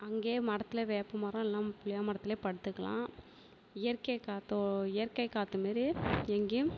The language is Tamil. அங்கேயே மரத்துல வேப்பம்மரம் இல்லைன்னா புளிய மரத்துல படுத்துக்கலாம் இயற்கை காற்று இயற்கை காற்று மாரியே எங்கேயும்